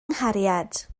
nghariad